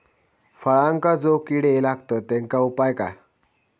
फळांका जो किडे लागतत तेनका उपाय काय?